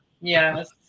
Yes